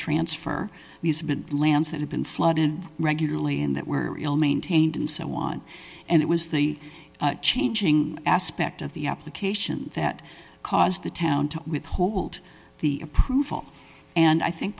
been lands that have been flooded regularly and that were ill maintained and so on and it was the changing aspect of the application that caused the town to withhold the approval and i think